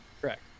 Correct